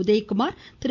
Udhayakumar Thiru